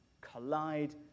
collide